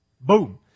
Boom